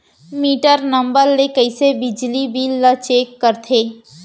Metre number ले कइसे बिजली बिल ल चेक करथे?